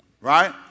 Right